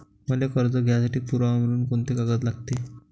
मले कर्ज घ्यासाठी पुरावा म्हनून कुंते कागद लागते?